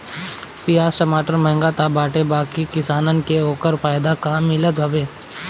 पियाज टमाटर महंग तअ बाटे बाकी किसानन के ओकर फायदा कहां मिलत हवे